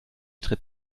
tritt